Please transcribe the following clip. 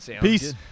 Peace